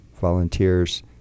volunteers